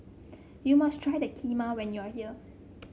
you must try the Kheema when you are here